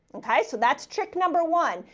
okay. so that's trick number one,